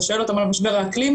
אתה שואל אותם על משבר האקלים,